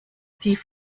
sie